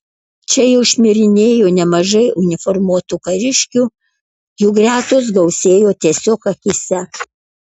čia jau šmirinėjo nemažai uniformuotų kariškių jų gretos gausėjo tiesiog akyse